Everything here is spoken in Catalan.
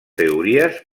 teories